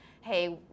hey